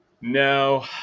no